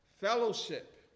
Fellowship